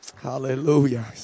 Hallelujah